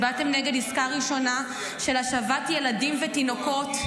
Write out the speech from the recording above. הצבעתם נגד עסקה ראשונה של השבת ילדים ותינוקות,